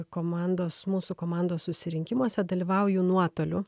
komandos mūsų komandos susirinkimuose dalyvauju nuotoliu